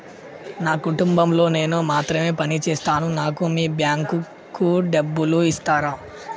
నా కుటుంబం లో నేను మాత్రమే పని చేస్తాను నాకు మీ బ్యాంకు లో డబ్బులు ఇస్తరా?